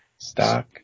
Stock